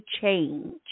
change